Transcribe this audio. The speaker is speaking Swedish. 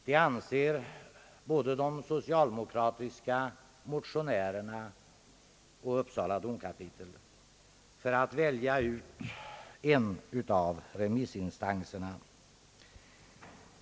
Det anser både de socialdemokratiska motionärerna och Uppsala domkapitel, för att välja ut en av remissinstanserna.